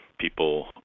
People